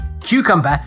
cucumber